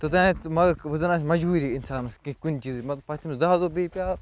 توٚتانیٚتھ مگر وۄنۍ زَن آسہِ مجبوٗری اِنسانَس کیٚنٛہہ کُنہِ چیٖزٕچ مطلب پتہٕ چھُ تٔمِس دَہ دۄہ بیٚیہِ پیٛارُن